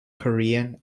korean